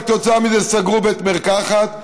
וכתוצאה מזה סגרו בית מרקחת,